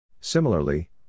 Similarly